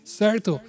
certo